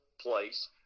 place